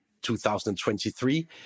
2023